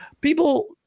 people